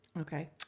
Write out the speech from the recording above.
Okay